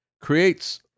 creates